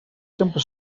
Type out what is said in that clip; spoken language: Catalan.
sempre